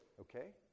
okay